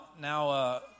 now